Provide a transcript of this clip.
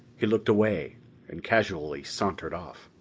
he looked away and casually sauntered off.